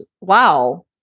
wow